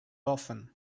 often